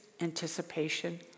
anticipation